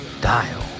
dial